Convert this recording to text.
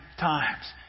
times